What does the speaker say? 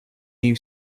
new